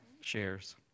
shares